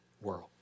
world